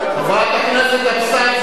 חברת הכנסת אבסדזה,